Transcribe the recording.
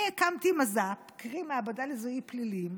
אני הקמתי מז"פ, קרי מעבדה לזיהוי פלילי,